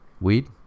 weed